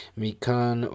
Mikan